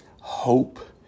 hope